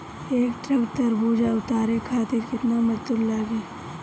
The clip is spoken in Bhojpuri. एक ट्रक तरबूजा उतारे खातीर कितना मजदुर लागी?